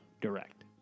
direct